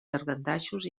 llangardaixos